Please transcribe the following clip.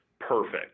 perfect